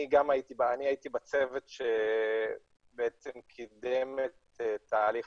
אני הייתי בצוות שקידם את תהליך